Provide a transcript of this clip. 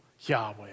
Yahweh